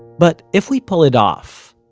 but if we pull it off,